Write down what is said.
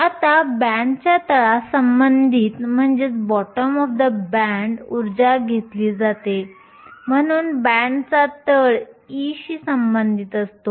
आता बॅण्डच्या तळासंबंधित ऊर्जा घेतली जाते म्हणून बँडचा तळ E शी संबंधित असतो